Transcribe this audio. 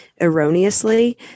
erroneously